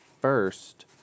first